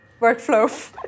workflow